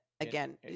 Again